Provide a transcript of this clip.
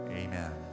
amen